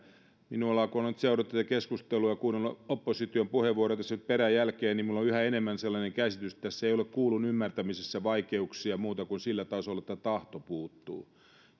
kun olen nyt seurannut tätä keskustelua ja kuunnellut opposition puheenvuoroja tässä nyt peräjälkeen minulla on yhä enemmän sellainen käsitys että tässä ei ole kuullun ymmärtämisessä vaikeuksia muuta kuin sillä tasolla että tahto puuttuu ja